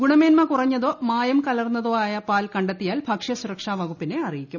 ഗുണമേന്മ കുറഞ്ഞതോ മായം കലർന്നതോ ആയ പാൽ കണ്ടെത്തിയാൽ ഭക്ഷ്യ സുരക്ഷാ വകുപ്പിനെ അറിയിക്കും